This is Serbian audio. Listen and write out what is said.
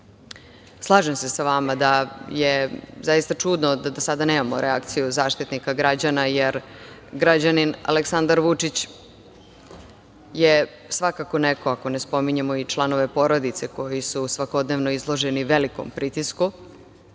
slažem se sa vama da je zaista čudno da do sada nemamo reakciju Zaštitnika građana, jer građanin Aleksandar Vučić je svakako neko, ako ne spominjemo i članove porodice koji su svakodnevno izloženi velikom pritisku,